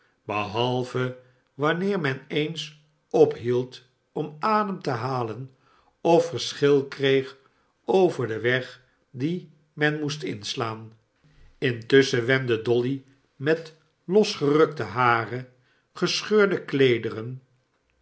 stilte behalve'wanneer men eens ophield om adem te halen of verschil kreeg over den weg dien men moest inslaan intusschen wendde dolly met losgerukte haren gescheurde